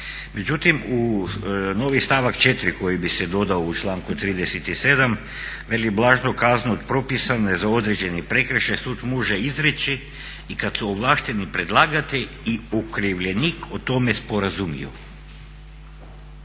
Međutim, u novi stavak 4. koji bi se dodao u članku 37. veli blažu kaznu od propisane za određeni prekršaj sud može izreći i kad su ovlašteni predlagatelj i okrivljenik o tome sporazumiju.